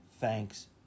thanks